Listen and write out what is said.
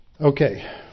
Okay